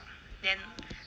then I'll like